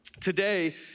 today